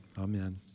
Amen